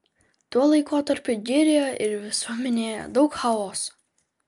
tuo laikotarpiu girioje ir visuomenėje daug chaoso